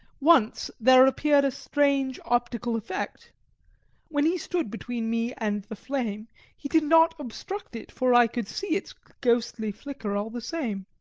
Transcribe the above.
once there appeared a strange optical effect when he stood between me and the flame he did not obstruct it, for i could see its ghostly flicker all the same.